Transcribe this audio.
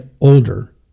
older